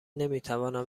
نمیتوانم